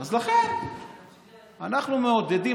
אז לכן אנחנו מעודדים.